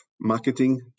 marketing